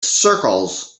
circles